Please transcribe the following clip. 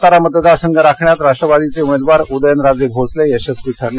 सातारा मतदारसंघ राखण्यात राष्ट्रवादीचे उमेदवार उदयनराजे भोसले यशस्वी ठरले